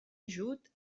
ajut